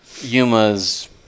Yuma's